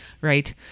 right